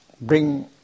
bring